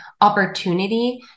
opportunity